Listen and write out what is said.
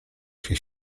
się